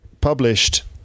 published